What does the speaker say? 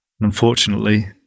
unfortunately